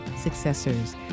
successors